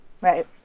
right